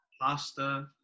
pasta